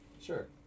Sure